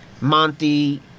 Monty